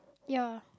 ya